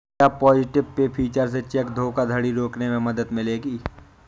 क्या positive pay feature से cheque धोखाधड़ी रोकने में मदद मिलेगी?